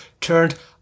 turned